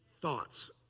thoughts